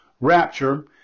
rapture